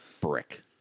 brick